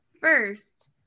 First